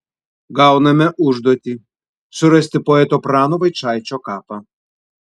gauname užduotį surasti poeto prano vaičaičio kapą